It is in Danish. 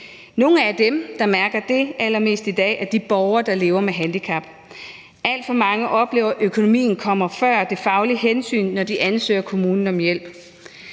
Nogle af dem, der mærker det allermest i dag, er de borgere, der lever med handicap. Alt for mange oplever, at økonomien kommer før det faglige hensyn, når de ansøger kommunen om hjælp.